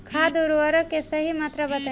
खाद उर्वरक के सही मात्रा बताई?